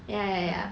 ya ya ya